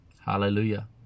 Hallelujah